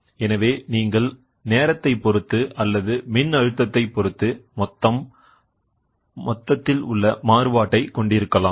எனவே நீங்கள் நேரத்தை பொறுத்து அல்லது மின்னழுத்தத்தை பொருத்து மொத்தம் மாறுபாட்டை கொண்டிருக்கலாம்